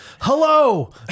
Hello